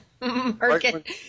market